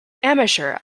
amateur